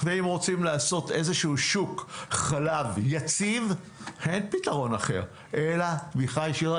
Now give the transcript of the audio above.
ואם רוצים לעשות איזשהו שוק חלב יציב אין פתרון אחר אלא תמיכה ישירה.